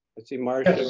i see marsha.